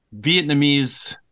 Vietnamese –